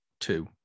two